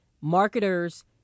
marketers